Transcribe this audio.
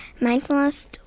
mindfulness